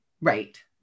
Right